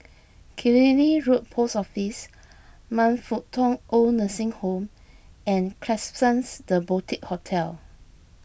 Killiney Road Post Office Man Fut Tong Oid Nursing Home and Klapsons the Boutique Hotel